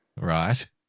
Right